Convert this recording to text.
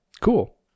Cool